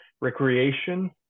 recreation